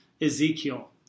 Ezekiel